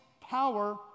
power